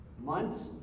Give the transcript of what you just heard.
Months